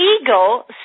eagle